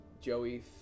Joey